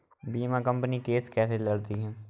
बीमा company case कैसे लड़ती है?